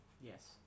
Yes